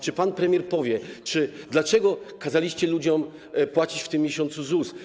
Czy pan premier powie, dlaczego kazaliście ludziom płacić w tym miesiącu ZUS?